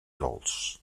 dolç